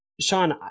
Sean